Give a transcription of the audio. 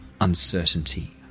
uncertainty